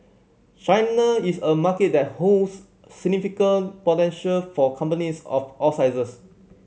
China is a market that holds significant potential for companies of all sizes